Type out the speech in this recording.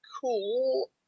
cool